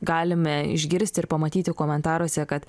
galime išgirsti ir pamatyti komentaruose kad